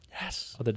Yes